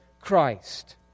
Christ